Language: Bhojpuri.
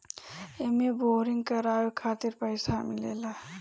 एमे बोरिंग करावे खातिर पईसा मिलेला